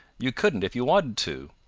you couldn't if you wanted to.